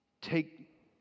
take